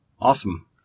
Awesome